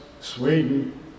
Sweden